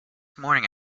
morning